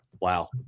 Wow